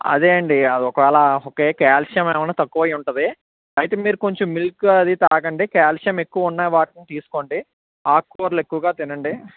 అదే అండి అది ఒకవేళ ఓకే కాల్షియం ఏమన్న తక్కువ అయి ఉంటుంది అయితే మీరు కొంచెం మిల్క్ అది తాగండి క్యాల్షియం ఎక్కువ ఉన్న వాటిని తీసుకోండి ఆకుకూరలు ఎక్కువగా తినండి